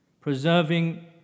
preserving